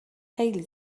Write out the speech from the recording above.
خیلی